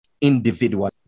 individual